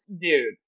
Dude